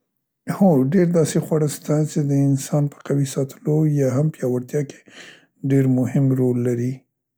هو، ډیر داسې خواړه سته څې د انسان په قوي ساتلو یا هم پیاوړتیا کې ډير مهم رول لري.